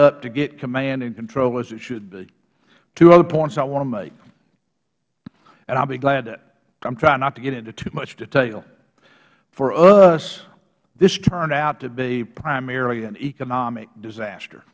up to get command and control as it should be two other points i want to make and i'll be glad to i am trying not to get into too much detail for us this turned out to be primarily an economic disaster